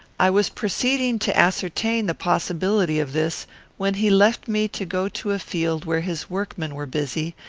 i was proceeding to ascertain the possibility of this when he left me to go to a field where his workmen were busy,